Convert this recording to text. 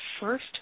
first